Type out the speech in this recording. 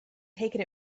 taken